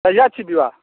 कहिआ छी विवाह